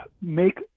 make